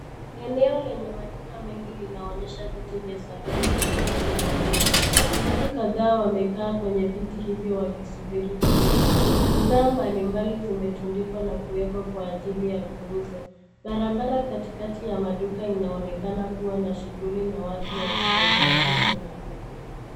Eneo lenye maduka mengi linaonyesha viti vya saruni vilivyotawanyika. Watu kadhaa wameketi kwenye viti hivyo wakisubiri huduma. Bidhaa mbalimbali zimetundikwa na kuwekwa kwa ajili ya kuuzwa. Barabara katikati ya maduka inaonekana kuwa na shughuli na watu wakitembea huku na huko.